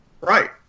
Right